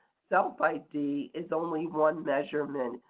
self id is only one measurement,